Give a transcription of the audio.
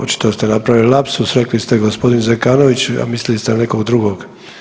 Očito ste napravili lapsus, rekli ste g. Zekanović, a mislili ste na nekog drugog.